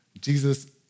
Jesus